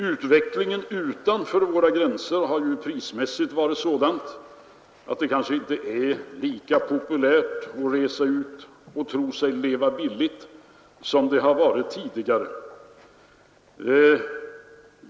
Utvecklingen utanför våra gränser har prismässigt varit sådan att det kanske inte är lika populärt att resa och tro sig leva billigt som det har varit tidigare.